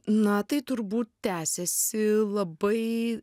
na tai turbūt tęsėsi labai